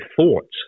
thoughts